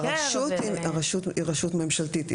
הרשות היא רשות ממשלתית.